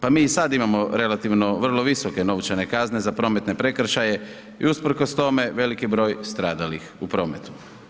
Pa mi i sad imamo relativno vrlo visoke novčane kazne za prometne prekršaje i usprkos tome veliki broj stradalih u prometu.